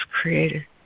created